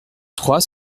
trois